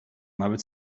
nawet